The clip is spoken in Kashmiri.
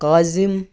قاظِم